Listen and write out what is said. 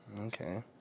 okay